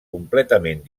completament